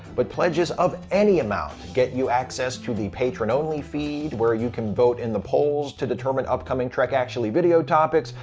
but pledges of any amount get you access to the patron-only feed where you can vote in the polls to determine upcoming trek, actually video topics,